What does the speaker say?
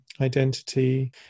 identity